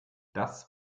das